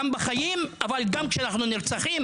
גם בחיים אבל גם כאשר אנחנו נרצחים,